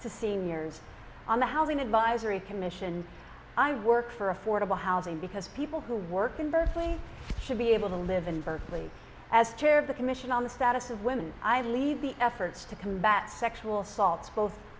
to seniors on the housing advisory commission i work for affordable housing because people who work in berkeley should be able to live in berkeley as chair of the commission on the status of women i believe the efforts to combat sexual assault both